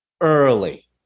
early